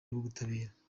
rw’ubutabera